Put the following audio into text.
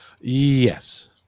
Yes